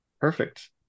Perfect